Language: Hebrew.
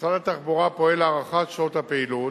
משרד התחבורה פועל להארכת שעות הפעילות,